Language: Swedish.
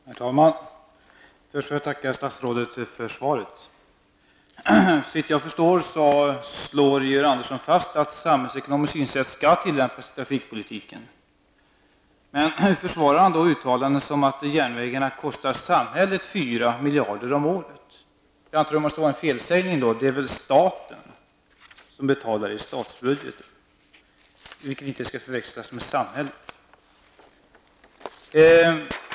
Herr talman! Först får jag tacka statsrådet för svaret. Såvitt jag förstår slår Georg Andersson fast att ett samhällsekonomiskt synsätt skall tillämpas i trafikpolitiken, men hur kan han då försvara uttalandet att järnvägarna kostar samhället 4 miljarder kronor om året? Det är väl staten -- vilket inte skall förväxlas med samhället -- som betalar över statsbudgeten.